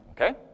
okay